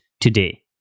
today